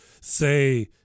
say